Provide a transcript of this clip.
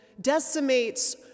decimates